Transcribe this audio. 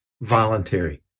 voluntary